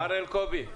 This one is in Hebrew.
מר אלקובי,